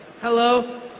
Hello